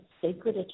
sacred